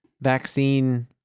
vaccine